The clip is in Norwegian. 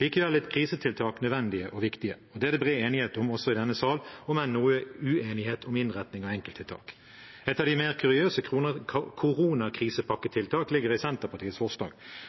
Likevel er krisetiltak nødvendige og viktige. Det er det bred enighet om også i denne salen, om enn noe uenighet om innretning av enkelttiltak. Et av de mer kuriøse koronakrisepakketiltakene ligger i Senterpartiets forslag.